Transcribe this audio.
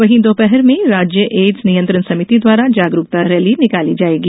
वहीं दोपहर में राज्य एड्स नियंत्रण समिति द्वारा जागरूकता रैली निकाली जाएगी